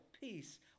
peace